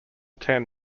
ten